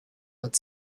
but